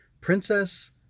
Princess